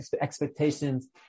expectations